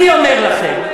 אני אומר לכם,